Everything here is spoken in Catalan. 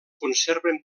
conserven